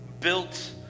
built